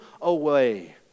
away